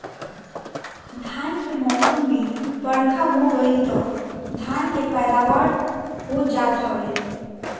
धान के मौसम में बरखा हो गईल तअ धान के पैदावार हो जात हवे